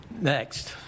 Next